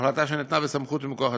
החלטה שניתנה בסמכות ומכוח הדין.